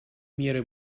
меры